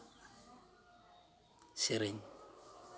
ᱥᱮᱨᱮᱧ